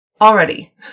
Already